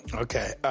ok.